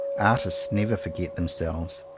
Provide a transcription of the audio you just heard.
artists never forget themselves.